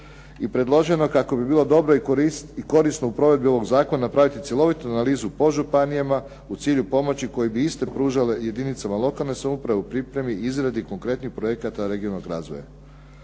i predloženo kako bi bilo dobro i korisno u provedbi ovog zakona napraviti cjelovitu analizu po županijama u cilju pomoći koje bi iste pružale jedinicama lokalne samouprave u pripremi i izradi konkretnih projekata regionalnog razvoja.